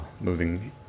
moving